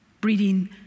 Breeding